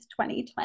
2020